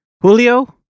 Julio